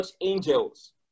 angels